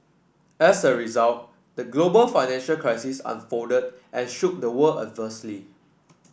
as a result the global financial crisis unfolded and shook the world adversely